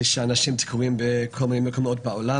כשאנשים תקועים בכל מיני מקומות בעולם,